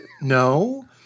No